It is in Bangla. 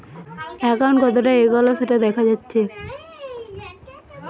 একাউন্ট কতোটা এগাল সেটা দেখা যাচ্ছে